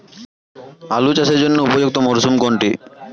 আলু চাষের জন্য উপযুক্ত মরশুম কোনটি?